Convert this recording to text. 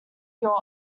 york